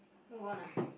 move on ah